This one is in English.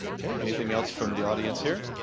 okay anything else from the audience here